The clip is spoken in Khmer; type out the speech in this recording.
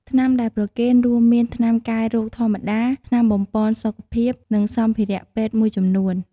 ថ្នាំដែលប្រគេនរួមមាន ថ្នាំកែរោគធម្មតា ថ្នាំបំប៉នសុខភាព និងសម្ភារៈពេទ្យមួយចំនួន។